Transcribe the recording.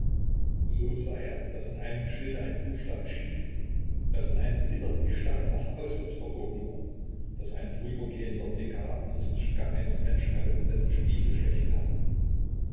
so sah er daß an einem schilde ein buchstabe schief hing daß an einem gitter die stange nach auswärts verbogen war daß ein vorübergehender den charakteristischen gang eines menschen hatte dessen stiefel schlecht passen